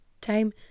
time